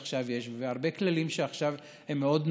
עכשיו ובהרבה כללים שעכשיו הם מאוד נוקשים,